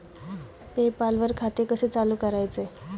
पे पाल वर खाते कसे चालु करायचे